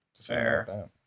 Fair